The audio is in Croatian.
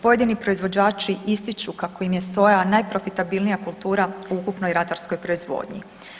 Pojedini proizvođači ističu kako im je soja najprofitabilnija kultura u ukupnoj ratarskoj proizvodnji.